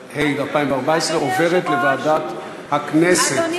2014, לוועדה שתקבע ועדת הכנסת נתקבלה.